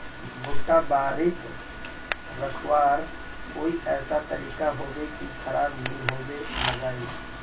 भुट्टा बारित रखवार कोई ऐसा तरीका होबे की खराब नि होबे लगाई?